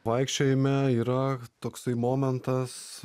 vaikščiojime yra toksai momentas